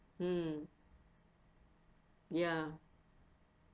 mm ya